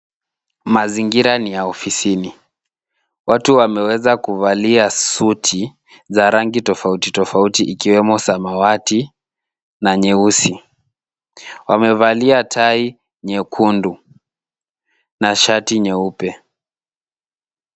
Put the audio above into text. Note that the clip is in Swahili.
Mazingira ni ya ofisini. Watu wameweza kuvalia suti za rangi tofauti tofauti ikiwemo samawati na nyeusi. Wamevalia tai nyekundu na shati nyeupe.